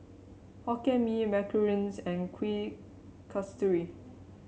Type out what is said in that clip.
Hokkien Mee Macarons and Kuih Kasturi